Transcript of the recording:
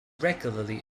regularly